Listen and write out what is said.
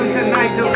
tonight